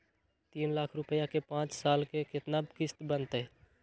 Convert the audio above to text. तीन लाख रुपया के पाँच साल के केतना किस्त बनतै?